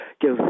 give